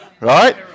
Right